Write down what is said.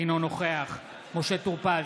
אינו נוכח משה טור פז,